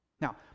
Now